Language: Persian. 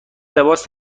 لباس